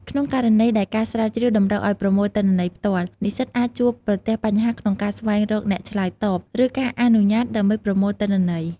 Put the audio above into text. ក្នុងករណីដែលការស្រាវជ្រាវតម្រូវឱ្យប្រមូលទិន្នន័យផ្ទាល់ និស្សិតអាចជួបប្រទះបញ្ហាក្នុងការស្វែងរកអ្នកឆ្លើយតប ឬការអនុញ្ញាតដើម្បីប្រមូលទិន្នន័យ។